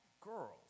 girls